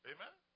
Amen